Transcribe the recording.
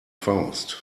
faust